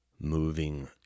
moving